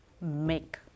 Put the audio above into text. make